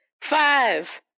Five